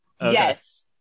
Yes